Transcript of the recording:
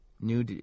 New –